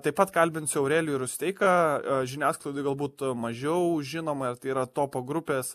taip pat kalbinsiu aurelijų rusteiką žiniasklaidoj galbūt mažiau žinomą ir tai yra topo grupės